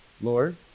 Lord